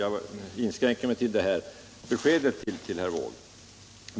Jag inskränker mig till detta besked till herr Wååg.